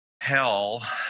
hell